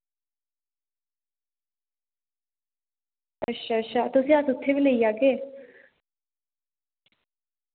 अच्छा अच्छा तुसेंगी अस उत्थें बी लेई जाह्गे